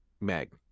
meg